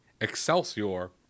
Excelsior